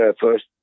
first